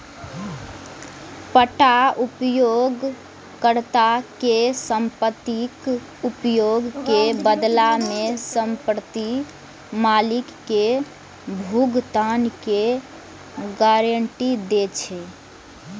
पट्टा उपयोगकर्ता कें संपत्तिक उपयोग के बदला मे संपत्ति मालिक कें भुगतान के गारंटी दै छै